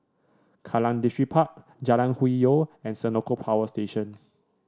Kallang Distripark Jalan Hwi Yoh and Senoko Power Station